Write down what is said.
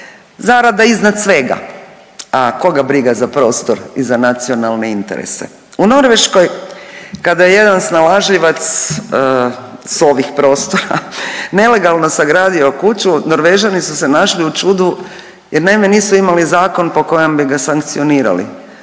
zarada iznad svega, a koga briga za prostor i za nacionalne interese. U Norveškoj kada je jedan snalažljivac s ovih prostora nelegalno sagradio kuću, Norvežani su se našli u čudu jer naime nisu imali zakon po kojem bi ga sankcionirali